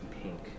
pink